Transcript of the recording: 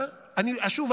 שוב,